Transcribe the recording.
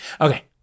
Okay